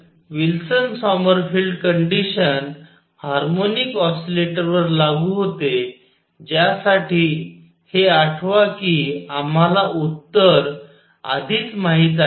तर Wilson Sommerfeld condition harmonic ऑसिलेटरवर लागू होते ज्यासाठी हे आठवा की आम्हाला उत्तर आधीच माहित आहे